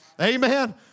Amen